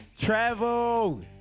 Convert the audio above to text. Travel